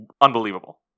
unbelievable